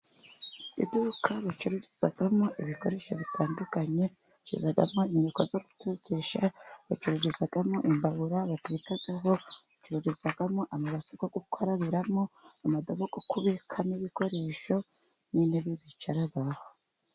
Iduka bacururizamo ibikoresho bitandukanye. Bacururizamo imyuko yo gutekesha, bacururizamo imbabura batekaho, bacururizamo amabase yo gukarabiramo, indobo zo kubikamo ibikoresho n'intebe bicaraho.